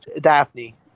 Daphne